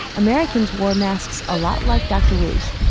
americans wore masks a lot like dr. wu's.